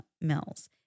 mills